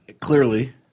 Clearly